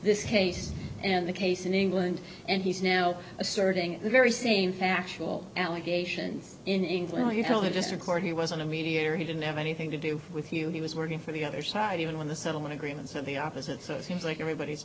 this case and the case in england and he's now asserting the very same factual allegations in england where you have just record he wasn't a mediator he didn't have anything to do with you he was working for the other side even when the settlement agreements have the opposite so it seems like everybody's